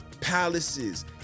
palaces